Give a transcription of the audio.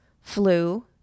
flu